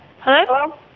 Hello